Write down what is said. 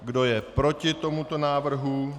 Kdo je proti tomuto návrhu?